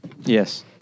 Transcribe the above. Yes